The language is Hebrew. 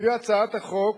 לפי הצעת החוק,